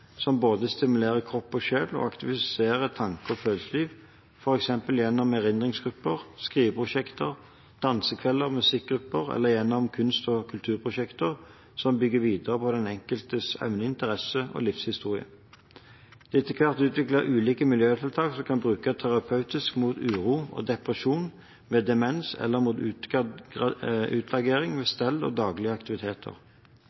som både stimulerer kropp og sjel og aktiviserer tanke og følelsesliv, f.eks. gjennom erindringsgrupper, skriveprosjekter, dansekvelder og musikkgrupper eller gjennom kunst- og kulturprosjekter som bygger på den enkeltes evner, interesser og livshistorie. Det er etter hvert utviklet ulike miljøtiltak som kan brukes terapeutisk mot uro og depresjon ved demens eller mot utagering ved stell og daglige aktiviteter.